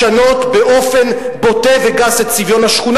לשנות באופן בוטה וגס את צביון השכונה